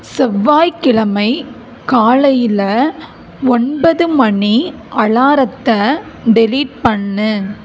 செவ்வாய்க்கிழமை காலையில் ஒன்பது மணி அலாரத்தை டெலீட் பண்ணு